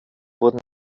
wurden